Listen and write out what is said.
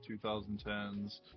2010s